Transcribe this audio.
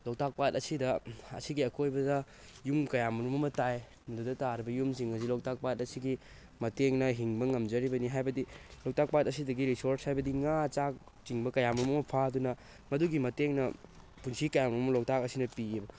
ꯂꯣꯛꯇꯥꯛ ꯄꯥꯇ ꯑꯁꯤꯗ ꯑꯁꯤꯒꯤ ꯑꯀꯣꯏꯕꯗ ꯌꯨꯝ ꯀꯌꯥ ꯃꯔꯨꯝ ꯑꯃ ꯇꯥꯏ ꯑꯗꯨꯗ ꯇꯥꯔꯤꯕ ꯌꯨꯝꯁꯤꯡ ꯑꯁꯤ ꯂꯣꯛꯇꯥꯛ ꯄꯥꯠ ꯑꯁꯤꯒꯤ ꯃꯇꯦꯡꯅ ꯍꯤꯡꯕ ꯉꯝꯖꯔꯤꯕꯅꯤ ꯍꯥꯏꯕꯗꯤ ꯂꯣꯛꯇꯥꯛ ꯄꯥꯠ ꯑꯁꯤꯗꯒꯤ ꯔꯤꯁꯣꯔꯁ ꯍꯥꯏꯕꯗꯤ ꯉꯥ ꯆꯥꯛ ꯆꯤꯡꯕ ꯀꯌꯥ ꯃꯔꯨꯝ ꯑꯃ ꯐꯥꯗꯨꯅ ꯃꯗꯨꯒꯤ ꯃꯇꯦꯡꯅ ꯄꯨꯟꯁꯤ ꯀꯌꯥ ꯃꯔꯨꯝ ꯑꯃ ꯂꯣꯛꯇꯥꯛ ꯑꯁꯤꯅ ꯄꯤꯌꯦꯕ